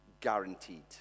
Guaranteed